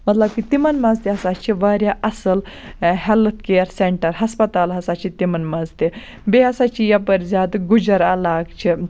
مَطلَب کہِ تِمَن مَنٛز تہِ ہَسا چھِ واریاہ اصٕل ہیٚلتھ کِیر سیٚنٛٹَر ہَسپَتال ہَسا چھِ تِمَن مَنٛز تہِ بیٚیہِ ہَسا چھِ یَپٲرۍ زیادٕ گُجَر عَلاقہٕ چھِ